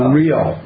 real